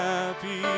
Happy